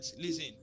listen